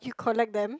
you collect them